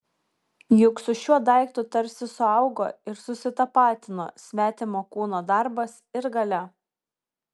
juk su šiuo daiktu tarsi suaugo ir susitapatino svetimo kūno darbas ir galia